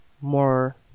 more